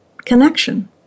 connection